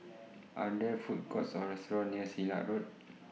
Are There Food Courts Or restaurants near Silat Road